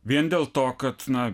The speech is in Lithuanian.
vien dėl to kad na